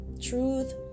truth